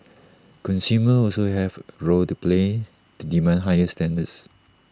consumers also have A rolled to play to demand higher standards